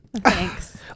Thanks